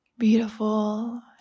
beautiful